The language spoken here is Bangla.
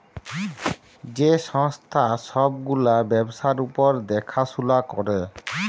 যে সংস্থা ছব গুলা ব্যবসার উপর দ্যাখাশুলা ক্যরে